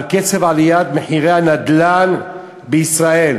על קצב עליית מחירי הנדל"ן בישראל,